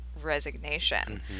resignation